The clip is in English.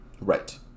right